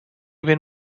ben